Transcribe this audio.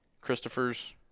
Christopher's